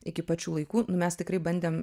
iki pat šių laikų mes tikrai bandėm